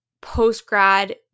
post-grad